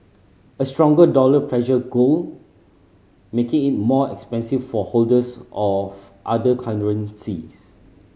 a stronger dollar pressures gold making it more expensive for holders of other currencies